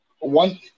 one